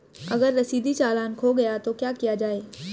अगर रसीदी चालान खो गया तो क्या किया जाए?